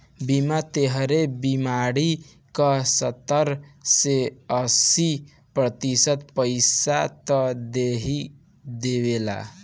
बीमा तोहरे बीमारी क सत्तर से अस्सी प्रतिशत पइसा त देहिए देवेला